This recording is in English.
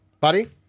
Buddy